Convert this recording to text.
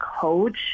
coach